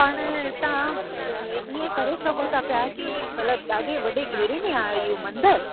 हाणे तव्हां इहे करे सघो था पिया की मतिलबु ॾाढे वॾे घेरे में आ इहो मंदरु